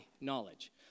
knowledge